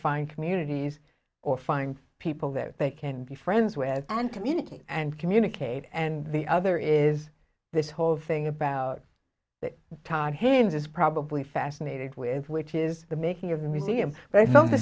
find communities or find people that they can be friends with and community and communicate and the other is this whole thing about that todd haynes is probably fascinated with which is the making of the museum